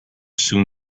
soon